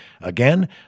Again